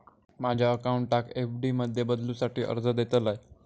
माझ्या अकाउंटाक एफ.डी मध्ये बदलुसाठी अर्ज देतलय